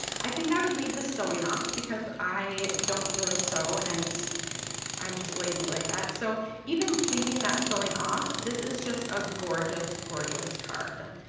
i think i would leave this sewing off because i don't really sew and i'm just lazy like that. so even leaving that sewing off this is just a gorgeous gorgeous card.